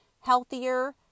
healthier